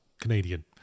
Canadian